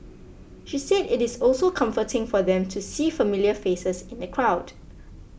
she said it is also comforting for them to see familiar faces in the crowd